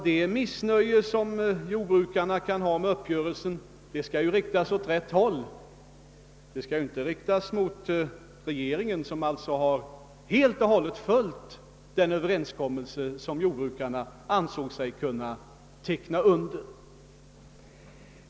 Det missnöje som jordbrukarna kan ha med uppgörelsen bör ju riktas åt rätt håll. Det skall ju inte riktas mot regeringen, som helt och hållet har följt den överenskommelse som jordbrukarna ansåg sig kunna teckna under.